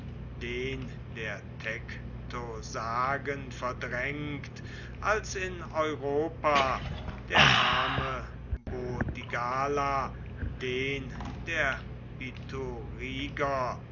den der tektosagen verdrängt als in europa der name burdigala den der